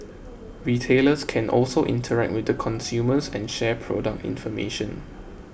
retailers can also interact with the consumers and share product information